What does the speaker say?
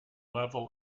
level